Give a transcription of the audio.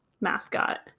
mascot